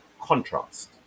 contrast